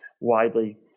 widely